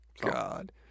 God